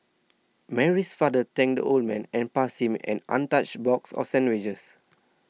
Mary's father thanked the old man and passed him an untouched box of sandwiches